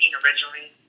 originally